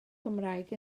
cymraeg